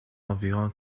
environ